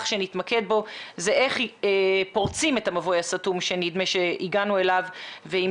שנתמקד בו זה איך פורצים את ה מבוי הסתום שנדמה שהגענו אליו ואם